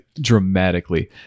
dramatically